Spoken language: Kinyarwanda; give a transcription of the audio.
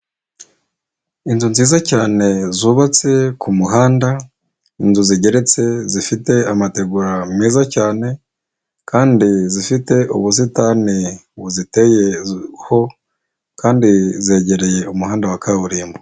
Inzu nziza cyane zubatse ku muhanda, inzu zigeretse zifite amategura meza cyane kandi zifite ubusitani buziteyeho kandi zegereye umuhanda wa kaburimbo.